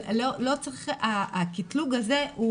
הקטלוג הזה,